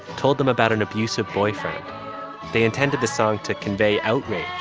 told them about an abusive boyfriend they intended the song to convey outrage.